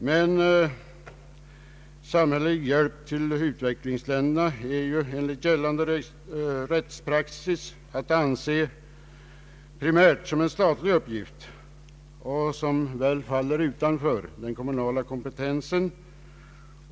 Men samhällelig hjälp till uländerna är enligt gällande rättspraxis primärt att anse som en statlig uppgift och faller väl utanför den kommunala kompetensen.